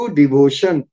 devotion